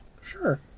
Sure